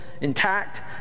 intact